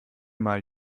mal